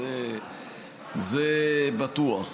זה בטוח.